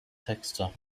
texter